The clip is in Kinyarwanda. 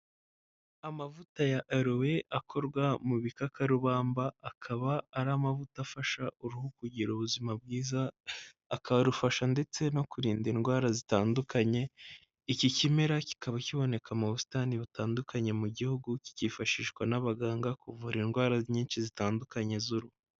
Amavuta ya alowe akorwa mu bikakarubamba, akaba ari amavuta afasha uruhu kugira ubuzima bwiza, akarufasha ndetse no kurinda indwara zitandukanye, iki kimera kikaba kiboneka mu busitani butandukanye mu gihugu, kikifashishwa n'abaganga kuvura indwara nyinshi zitandukanye z'uruhu.